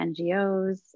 NGOs